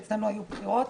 עברה?